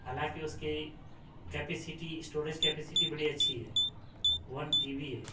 حالانکہ اس کی کیپیسیٹی اسٹوریج کیپیسیٹی بڑی اچھی ہے ون ٹی بی ہے